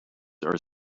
are